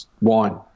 wine